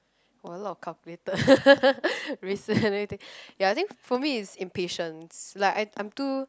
!wah! a lot of calculated recently let me think ya I think for me is impatience like I I'm too